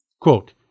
quote